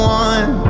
one